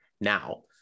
now